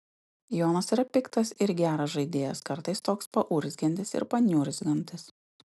jonas yra piktas ir geras žaidėjas kartais toks paurzgiantis ir paniurzgantis